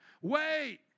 Wait